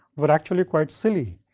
were actually quite silly,